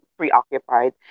Preoccupied